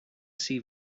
see